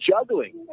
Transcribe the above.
juggling